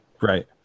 Right